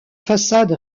façade